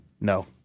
no